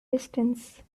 distance